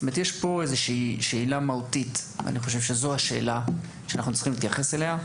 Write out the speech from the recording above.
יש פה שאלה מהותית שאנחנו צריכים להתייחס אליה.